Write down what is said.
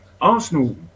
Arsenal